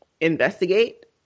investigate